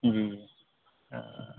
ہوں ہاں